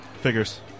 Figures